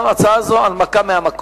גם הצעה זו, הנמקה מהמקום.